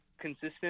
consistent